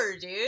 dude